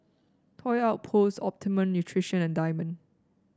Toy Outpost Optimum Nutrition and Diamond